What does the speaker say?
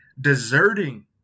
deserting